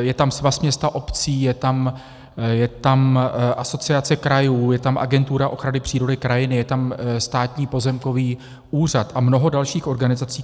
Je tam Svaz měst a obcí, je tam Asociace krajů, je tam Agentura ochrany přírody a krajiny, je tam Státní pozemkový úřad a mnoho dalších organizací,